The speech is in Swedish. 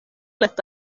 lätt